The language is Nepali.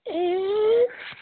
ए